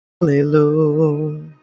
hallelujah